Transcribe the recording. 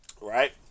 right